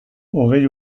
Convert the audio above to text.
hogei